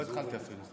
עוד לא התחלתי אפילו.